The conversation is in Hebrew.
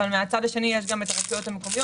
אבל מן הצד השני יש גם את הרשויות המקומיות.